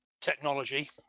technology